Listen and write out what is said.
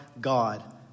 God